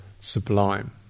sublime